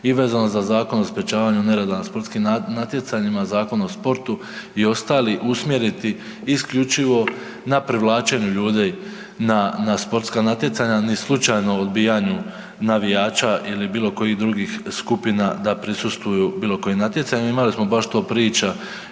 i vezano za Zakon o sprječavanju nereda na sportskim natjecanjima, Zakon o sportu i ostali usmjeriti isključivo na privlačenju ljudi na, na sportska natjecanja, ni slučajno odbijanju navijača ili bilo kojih drugih skupina da prisustvuju bilo kojem natjecanju. Imali smo bar sto priča